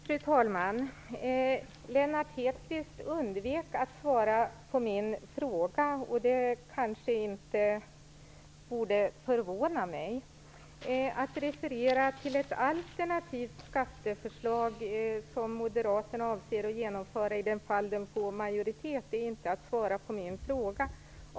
Fru talman! Lennart Hedquist undvek att svara på min fråga. Det borde kanske inte förvåna mig. Att referera till ett alternativt skatteförslag som Moderaterna avser att genomföra i det fall man får majoritet är inte att svara på min fråga.